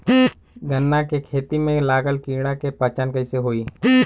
गन्ना के खेती में लागल कीड़ा के पहचान कैसे होयी?